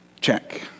Check